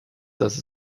dass